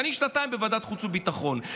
אני שנתיים בוועדת חוץ וביטחון.